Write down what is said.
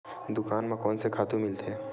दुकान म कोन से खातु मिलथे?